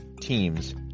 teams